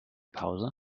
pause